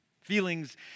Feelings